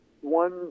one